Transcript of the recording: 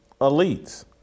elites